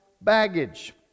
baggage